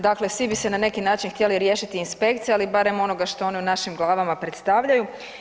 Dakle, svi bi se na neki način htjeli riješiti inspekcije, ali barem onoga što one u našim glavama predstavljaju.